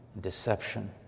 deception